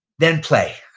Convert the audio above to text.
then play.